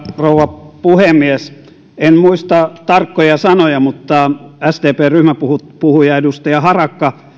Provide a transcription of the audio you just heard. rouva puhemies en muista tarkkoja sanoja mutta sdpn ryhmäpuhuja edustaja harakka